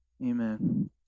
amen